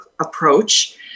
approach